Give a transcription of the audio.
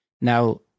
Now